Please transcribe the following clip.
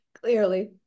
Clearly